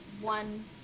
one